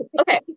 okay